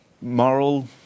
moral